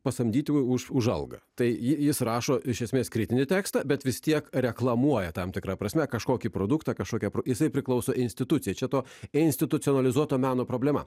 pasamdyti už algą tai jis rašo iš esmės kritinį tekstą bet vis tiek reklamuoja tam tikra prasme kažkokį produktą kažkokia pro jisai priklauso institucija čia to institucionalizuoto meno problema